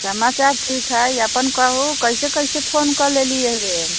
समाचार ठीक हइ अपन कहू कइसे कइसे फोन कऽ लेलिए रे